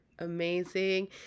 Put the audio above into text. Amazing